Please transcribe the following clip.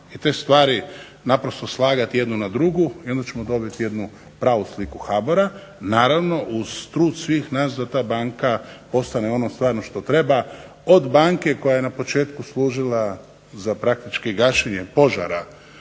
I te stvari naprosto slagati jednu na drugu i onda ćemo dobiti jednu pravu sliku HBOR-a, naravno uz trud svih nas da ta banka postane ono stvarno što treba, od banke koja je na početku služila za praktički gašenje požara